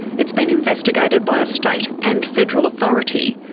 it's been investigated by a state and federal authority,